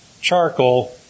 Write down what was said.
charcoal